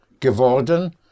geworden